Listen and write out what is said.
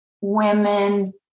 women